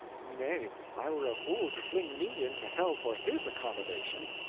nay, i were a fool to fling me into hell for his accommodation.